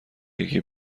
یکی